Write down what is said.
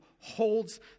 holds